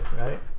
right